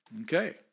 Okay